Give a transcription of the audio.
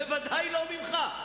ודאי לא ממך.